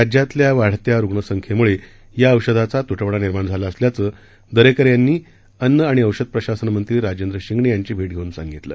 राज्यातल्या वाढत्या रुग्णसंख्येमुळं या औषधाचा तुटवडा निर्माण झाला असल्याचं दरेकर यांनी अन्न आणि औषध प्रशासन मंत्री राजेंद्र शिंगणे यांची भेट घेऊन सांगितलं